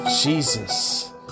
Jesus